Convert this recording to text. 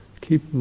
keep